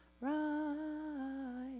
right